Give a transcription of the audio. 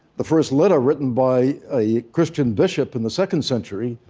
the first letter written by a christian bishop in the second century,